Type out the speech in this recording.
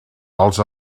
els